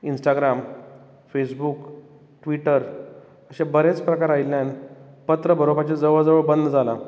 Instagram Facebook Twitter अशे बरेच प्रकार आयिल्ल्यान पत्र बरोवपाचें जवळ जवळ बंद जालां